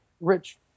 rich